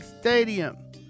Stadium